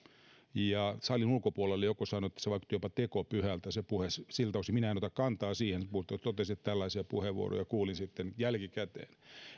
salin ulkopuolella joku sanoi että se puhe vaikutti jopa tekopyhältä siltä osin minä en ota kantaa siihen mutta totesin että tällaisia puheenvuoroja kuulin sitten jälkikäteen